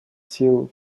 силы